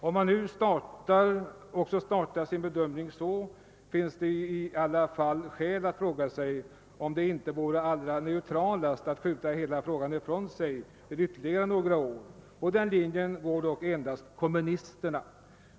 Om man nu startar sin bedömning så, finns det i alla fall skäl att fråga sig, om det inte vore allra mest neutralt att skjuta hela frågan ifrån sig ytterligare några år. På den linjen går dock endast kommunisterna.